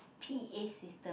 P_A system